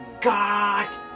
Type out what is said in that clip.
God